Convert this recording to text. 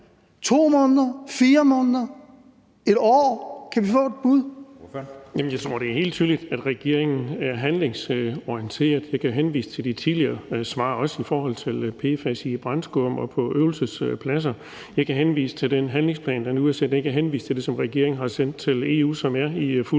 Ordføreren. Kl. 13:19 Erling Bonnesen (V): Jeg tror, det er helt tydeligt, at regeringen er handlingsorienteret. Jeg kan henvise til de tidligere svar, også i forhold til PFAS i brandskum og på øvelsespladser. Jeg kan henvise til den handlingsplan, der nu er sendt; jeg kan henvise til det, som regeringen har sendt til EU, som er i fuld gang.